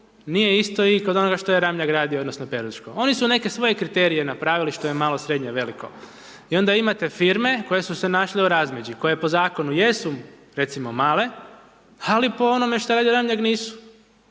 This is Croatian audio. nije isto i kod onoga što je Ramljak gradio odnosno Peruško. Oni su neke svoje kriterije napravili što je malo, srednje, veliko. I onda imate firme koje su se našle u razmeđi, koje po zakonu jesu, recimo, male, ali po onome što radi Ramljak, nisu.